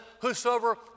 whosoever